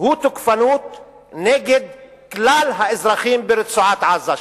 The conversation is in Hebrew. הוא תוקפנות נגד כלל האזרחים ברצועת-עזה,